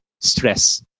Stress